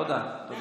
תודה.